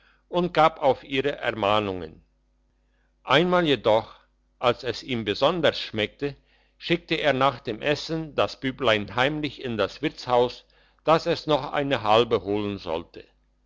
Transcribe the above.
und gab auf ihre ermahnungen einmal jedoch als es ihm besonders schmeckte schickte er nach dem essen das büblein heimlich in das wirtshaus dass es noch eine halbe holen sollte